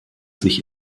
sich